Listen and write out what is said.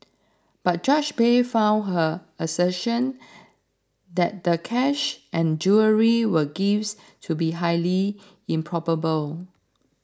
but Judge Bay found her assertion that the cash and jewellery were gifts to be highly improbable